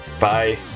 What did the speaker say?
Bye